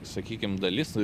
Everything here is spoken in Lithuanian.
sakykim dalis